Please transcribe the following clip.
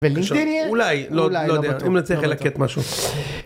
אולי לא יודע אם נצליח לקט משהו.